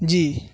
جی